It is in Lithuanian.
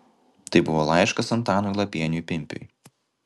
tai buvo laiškas antanui lapieniui pimpiui